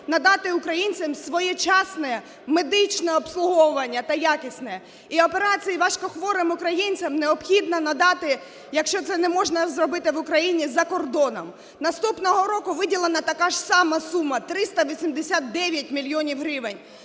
надати українцям своєчасне медичне обслуговування та якісне. І операції важкохворим українцям необхідно надати, якщо це не можна зробити в Україні, за кордоном. Наступного року виділена така ж сама сума 389 мільйонів гривень.